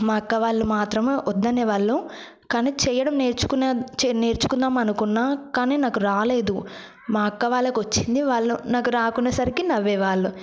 మా అక్క వాళ్ళు మాత్రం వద్దనే వాళ్ళు కానీ చేయడం నేర్చుకున్న చే నేర్చుకుందామనుకున్న కానీ నాకు రాలేదు మా అక్క వాళ్లకు వచ్చింది వాళ్ళు నాకు రాకుండా సరికి నవ్వే వాళ్ళు